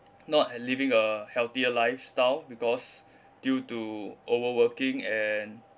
not living a healthier lifestyle because due to over-working and